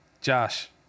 Josh